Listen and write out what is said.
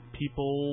people